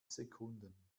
sekunden